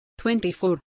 24